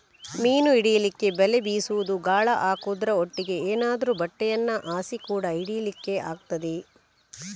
ಮೀನು ಹಿಡೀಲಿಕ್ಕೆ ಬಲೆ ಬೀಸುದು, ಗಾಳ ಹಾಕುದ್ರ ಒಟ್ಟಿಗೆ ಏನಾದ್ರೂ ಬಟ್ಟೆಯನ್ನ ಹಾಸಿ ಕೂಡಾ ಹಿಡೀಲಿಕ್ಕೆ ಆಗ್ತದೆ